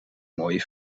mooie